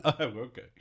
okay